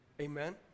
Amen